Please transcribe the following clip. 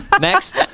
next